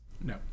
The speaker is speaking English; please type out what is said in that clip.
No